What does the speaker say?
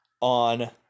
on